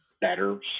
better